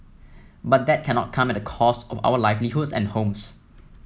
but that cannot come at the cost of our livelihoods and homes